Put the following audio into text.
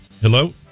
Hello